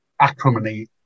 acrimony